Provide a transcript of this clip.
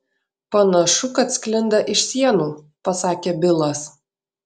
panašu kad sklinda iš sienų pasakė bilas